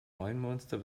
neumünster